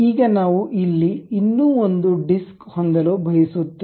ಈಗ ನಾವು ಇಲ್ಲಿ ಇನ್ನೂ ಒಂದು ಡಿಸ್ಕ್ ಹೊಂದಲು ಬಯಸುತ್ತೇವೆ